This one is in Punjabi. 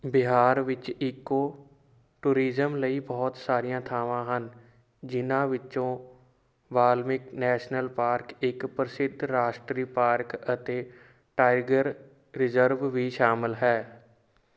ਬਿਹਾਰ ਵਿੱਚ ਈਕੋ ਟੂਰਿਜ਼ਮ ਲਈ ਬਹੁਤ ਸਾਰੀਆਂ ਥਾਵਾਂ ਹਨ ਜਿਨ੍ਹਾਂ ਵਿੱਚੋਂ ਵਾਲਮੀਕ ਨੈਸ਼ਨਲ ਪਾਰਕ ਇੱਕ ਪ੍ਰਸਿੱਧ ਰਾਸ਼ਟਰੀ ਪਾਰਕ ਅਤੇ ਟਾਈਗਰ ਰਿਜ਼ਰਵ ਵੀ ਸ਼ਾਮਲ ਹੈ